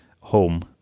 Home